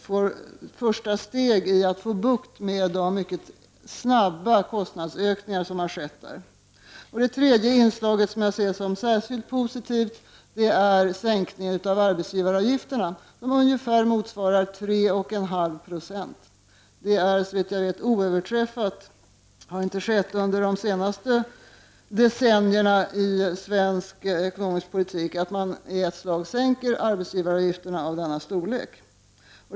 Ett första steg tas för att få bukt med de mycket snabba kostnadsökningar som har skett. Den tredje punkten, som är särskilt positiv, är sänkningen av arbetsgivaravgifterna, som motsvarar ungefär 3,5 Jo. Det är oöverträffat, såvitt jag vet. Det har inte skett under de senaste decennierna i svensk ekonomisk politik att arbetsgivaravgifterna har sänkts så mycket i ett slag.